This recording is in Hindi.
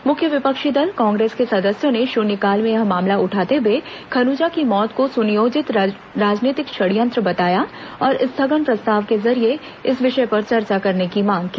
मुख्य विपक्षी दल कांग्रेस के सदस्यों ने शुन्यकाल में यह मामला उठाते हए खनुजा की मौत को सुनियोजित राजनीतिक षड्यंत्र बताया और स्थगन प्रस्ताव के जरिये इस विषय पर चर्चा कराने की मांग की